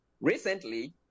Recently